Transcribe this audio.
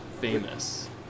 famous